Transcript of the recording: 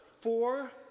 four